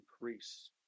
increase